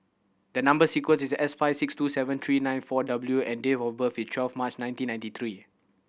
the number sequence is S five six two seven three nine four W and date of birth is twelve March nineteen ninety three